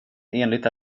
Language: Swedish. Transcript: enligt